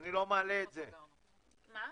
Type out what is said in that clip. אני רוצה להעלות שלושה נושאים.